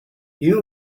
you